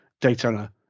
Daytona